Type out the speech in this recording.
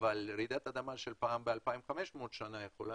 אבל רעידת אדמה של פעם ב-2500 שנה יכולה